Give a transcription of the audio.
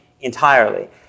entirely